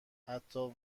حتی